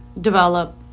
develop